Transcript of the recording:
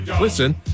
listen